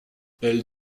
elle